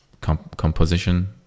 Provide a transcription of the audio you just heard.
composition